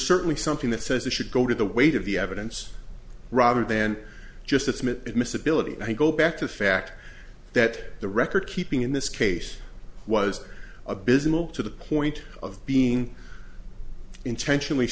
certainly something that says it should go to the weight of the evidence rather than just its myth admissibility and go back to fact that the record keeping in this case was abysmal to the point of being intentionally